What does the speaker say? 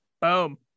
Boom